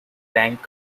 tank